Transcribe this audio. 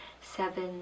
Seven